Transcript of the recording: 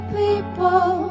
people